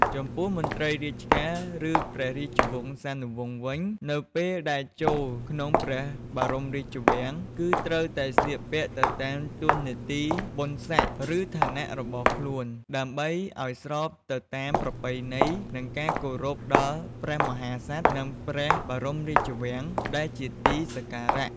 ចំពោះមន្រ្តីរាជការ ឬព្រះរាជវង្សានុវង្សវិញ នៅពេលដែលចូលក្នុងព្រះបរមរាជវាំងគឺត្រូវតែ ស្លៀកពាក់ទៅតាមតួនាទីបុណ្យស័ក្ដិ ឬឋានៈរបស់ខ្លួន ដើម្បីឲ្យស្របទៅតាមប្រពៃណីនិងជាការគោរពដល់ព្រះមហាក្សត្រនិងព្រះបរមរាជវាំងដែលជាទីសក្ការៈ។